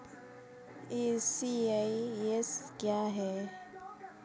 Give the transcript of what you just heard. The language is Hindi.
ई.सी.एस क्या है?